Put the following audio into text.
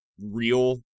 real